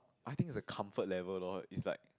I think it's a comfort level loh it's like